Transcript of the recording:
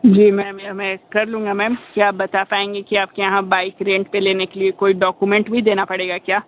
जी ma'am यह मैं कर लूँगा मैम क्या आप बता पाएंगे कि आपके यहाँ बाइक रेंट पर लेने के लिए कोई डॉकूमेंट भी देना पड़ेगा क्या